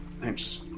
Thanks